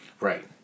Right